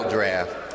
Draft